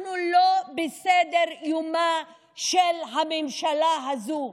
אנחנו לא בסדר-יומה של הממשלה הזאת,